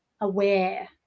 aware